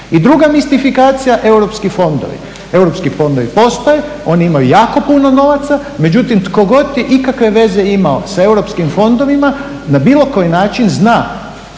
I druga mistifikacija europski fondovi. Europski fondovi postoje, oni imaju jako puno novaca, međutim tko god je ikakve veze imao sa europskim fondovima na bilo koji način zna